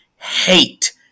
Hate